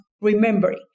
remembering